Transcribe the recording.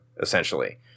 essentially